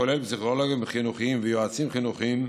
הכולל פסיכולוגים חינוכיים ויועצים חינוכיים,